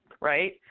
right